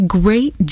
great